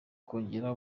kongerera